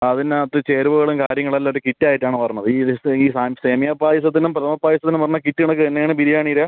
അതിനകത്ത് ചേരുവകളും കാര്യങ്ങളും എല്ലാം ഒരു കിറ്റായിട്ടാണ് വരണത് ഇത് ഈ സാധനം സേമിയ പായസത്തിനും പ്രഥമ പായസത്തിനും വരണ കിറ്റ് കണക്ക് തന്നെയാണ് ബിരിയാണിയുടെ